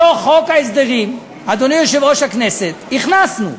בתוך חוק ההסדרים, אדוני יושב-ראש הכנסת, הכנסנו,